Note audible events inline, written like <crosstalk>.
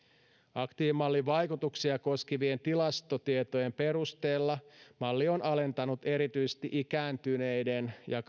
aktiivimallin vaikutuksia koskevien tilastotietojen perusteella malli on alentanut erityisesti ikääntyneiden ja <unintelligible>